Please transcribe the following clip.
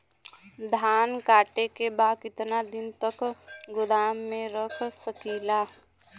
धान कांटेके बाद कितना दिन तक गोदाम में रख सकीला?